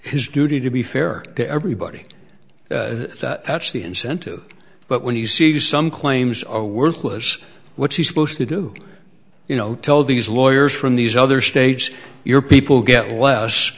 his duty to be fair to everybody that actually incentive but when you see some claims are worthless what's he supposed to do you know tell these lawyers from these other states your people get less